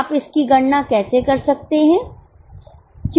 आप इसकी गणना कैसे कर सकते हैं